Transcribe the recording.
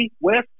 West